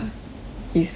is phase two